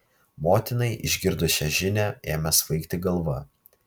motinai išgirdus šią žinią ėmė svaigti galva